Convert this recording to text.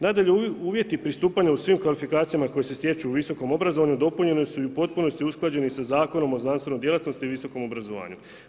Nadalje, uvjeti pristupanja u svim kvalifikacijama koje se stječu u visokom obrazovanju dopunjene su i u potpunosti usklađeni sa Zakonom o znanstvenoj djelatnosti i visokom obrazovanju.